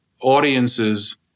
audiences